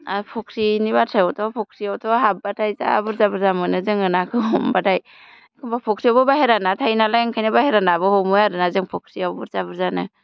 आरो फ'ख्रिनि बाथ्रायावथ' फ'ख्रियावथ' हाब्बाथाय जा बुरजा बुरजा मोनो जोङो नाखौ हमबाथाय एखम्बा फ'ख्रियावबो बायहेरा ना थायोनालाय ओंखायनो बायहेरा नाबो हमो आरोना जों फ'ख्रियाव बुरजा बुरजानो